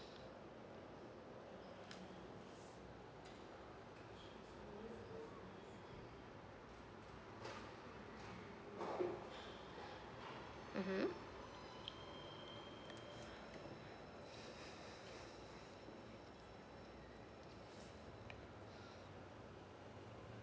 (uh huh)